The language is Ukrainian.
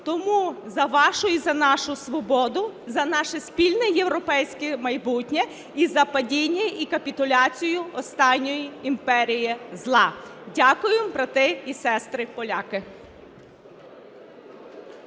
Тому за вашу і за нашу свободу, за наше спільне європейське майбутнє і за падіння і капітуляцію останньої імперії зла. Дякуємо, брати і сестри поляки.